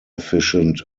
efficient